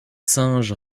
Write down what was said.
singes